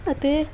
ਅਤੇ